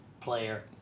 player